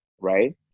Right